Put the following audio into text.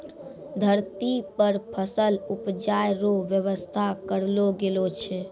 धरती पर फसल उपजाय रो व्यवस्था करलो गेलो छै